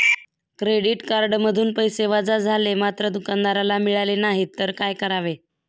Credit कार्डमधून पैसे वजा झाले मात्र दुकानदाराला मिळाले नाहीत तर काय करावे?